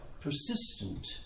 Persistent